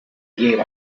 gave